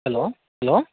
hello hello